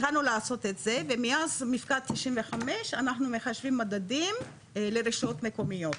התחלנו לעשות את זה ומאז מפקד תשעים וחמש אנחנו מדדים לרשויות מקומיות.